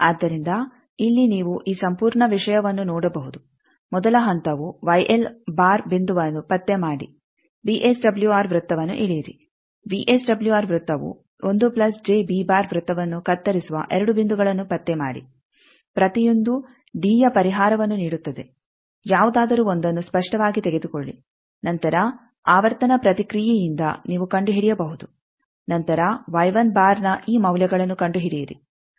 ಆದ್ದರಿಂದ ಇಲ್ಲಿ ನೀವು ಈ ಸಂಪೂರ್ಣ ವಿಷಯವನ್ನು ನೋಡಬಹುದು ಮೊದಲ ಹಂತವು ಬಿಂದುವನ್ನು ಪತ್ತೆ ಮಾಡಿ ವಿಎಸ್ಡಬ್ಲ್ಯೂಆರ್ ವೃತ್ತವನ್ನು ಎಳೆಯಿರಿ ವಿಎಸ್ಡಬ್ಲ್ಯೂಆರ್ ವೃತ್ತವು ವೃತ್ತವನ್ನು ಕತ್ತರಿಸುವ 2 ಬಿಂದುಗಳನ್ನು ಪತ್ತೆ ಮಾಡಿ ಪ್ರತಿಯೊಂದೂ ಡಿಯ ಪರಿಹಾರವನ್ನು ನೀಡುತ್ತದೆ ಯಾವುದಾದರೂ ಒಂದನ್ನು ಸ್ಪಷ್ಟವಾಗಿ ತೆಗೆದುಕೊಳ್ಳಿ ನಂತರ ಆವರ್ತನ ಪ್ರತಿಕ್ರಿಯೆಯಿಂದ ನೀವು ಕಂಡುಹಿಡಿಯಬಹುದು ನಂತರ ನ ಈ ಮೌಲ್ಯಗಳನ್ನು ಕಂಡುಹಿಡಿಯಿರಿ